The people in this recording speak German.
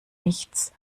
nichts